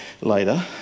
later